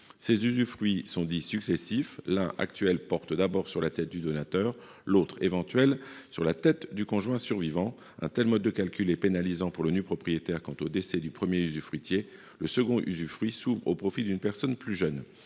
Ces usufruits sont dits successifs : le premier, actuel, porte sur la tête du donateur ; le second, éventuel, sur la tête du conjoint survivant. Un tel mode de calcul est pénalisant pour le nu propriétaire dès lors qu’au décès du premier usufruitier, le second usufruit s’ouvre au profit d’une personne plus jeune.